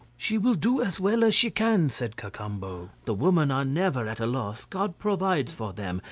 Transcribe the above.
she will do as well as she can, said cacambo the women are never at a loss, god provides for them,